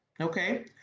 okay